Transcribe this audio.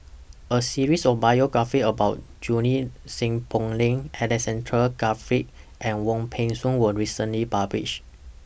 A series of biographies about Junie Sng Poh Leng Alexander Guthrie and Wong Peng Soon was recently published